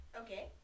Okay